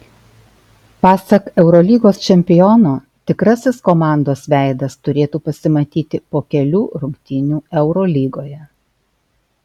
pasak eurolygos čempiono tikrasis komandos veidas turėtų pasimatyti po kelių rungtynių eurolygoje